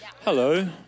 Hello